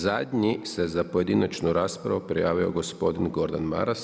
Zadnji se za pojedinačnu raspravu prijavio gospodin Gordan Maras.